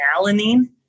alanine